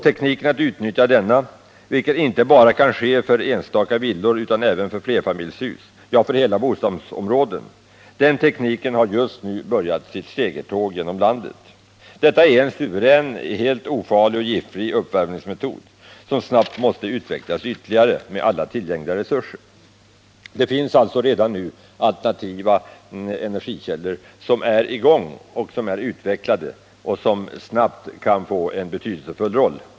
Tekniken att utnyttja denna — vilken kan användas inte enbart för enstaka villor utan även för flerfamiljshus och hela bostadsområden — har just nu börjat sitt segertåg genom landet. Detta är en suverän, helt ofarlig och giftfri uppvärmningsmetod, som snabbt måste utvecklas ytterligare med alla tillgängliga resurser. Det finns alltså redan nu alternativa energikällor som är utvecklade och som med rätta satsningar snabbt kan komma att spela en betydelsefull roll.